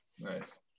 Nice